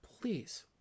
Please